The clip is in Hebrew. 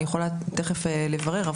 אני יכולה תיכף לברר,